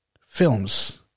films